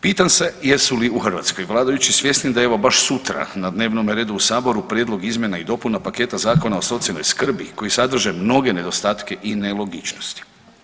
Pitam se jesu li u Hrvatskoj vladajući svjesni da evo baš sutra na dnevnome redu u saboru prijedlog izmjena i dopuna paketa zakona o socijalnoj skrbi koji sadrže mnoge nedostatke i nelogičnosti.